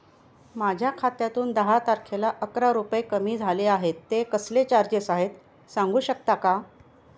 माझ्या खात्यातून दहा तारखेला अकरा रुपये कमी झाले आहेत ते कसले चार्जेस आहेत सांगू शकता का?